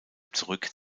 zurück